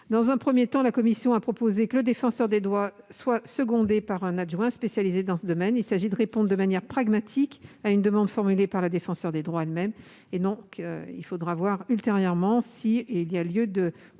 Dans un premier temps, la commission a proposé que le Défenseur des droits soit secondé par un adjoint spécialisé dans ce domaine : il s'agit de répondre de manière pragmatique à une demande formulée par la Défenseure des droits elle-même. Nous verrons ultérieurement s'il y a lieu de